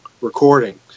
recording